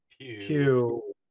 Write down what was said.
pew